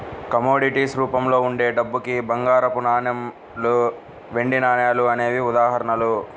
commodities రూపంలో ఉండే డబ్బుకి బంగారపు నాణాలు, వెండి నాణాలు అనేవే ఉదాహరణలు